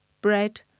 bread